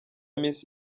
miss